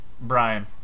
Brian